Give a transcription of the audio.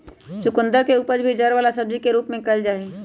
चुकंदर के उपज भी जड़ वाला सब्जी के रूप में कइल जाहई